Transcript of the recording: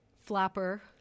flapper